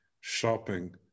shopping